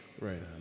Right